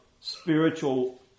spiritual